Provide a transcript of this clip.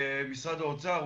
משרד האוצר,